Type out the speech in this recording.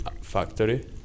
factory